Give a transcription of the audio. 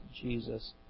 Jesus